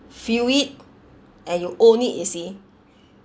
feel it and you own it easy